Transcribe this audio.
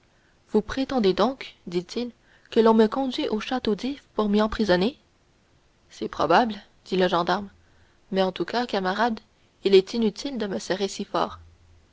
vous prétendez donc dit-il que l'on me conduit au château d'if pour m'y emprisonner c'est probable dit le gendarme mais en tout cas camarade il est inutile de me serrer si fort